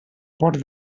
port